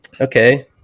okay